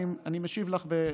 זה 74 שנות, אני משיב לך.